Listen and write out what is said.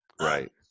Right